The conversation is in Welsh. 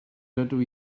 dydw